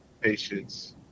patience